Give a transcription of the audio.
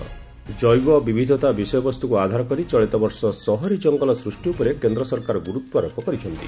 ଜୈବ ବିବିଧତା ବିଷୟବସ୍ତୁକୁ ଆଧାର କରି ଚଳିତବର୍ଷ ସହରୀ ଜଙ୍ଗଲ ସୃଷ୍ଟି ଉପରେ କେନ୍ଦ୍ର ସରକାର ଗୁରୁତ୍ୱାରୋପ କରିଛନ୍ତି